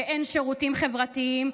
כשאין שירותים חברתיים,